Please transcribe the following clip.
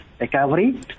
recovery